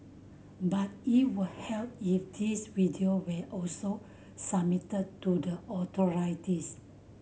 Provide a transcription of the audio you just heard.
but it would help if these video were also submitted to the authorities